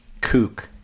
kook